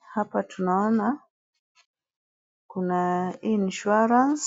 Hapa tunaona kuna hii insurance